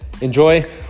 enjoy